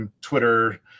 Twitter